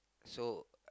so